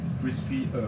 crispy